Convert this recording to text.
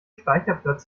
speicherplatz